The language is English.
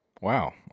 wow